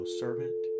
servant